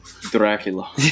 Dracula